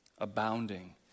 abounding